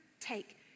take